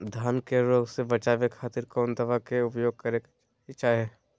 धान के रोग से बचावे खातिर कौन दवा के उपयोग करें कि चाहे?